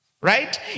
Right